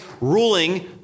ruling